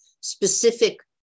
specific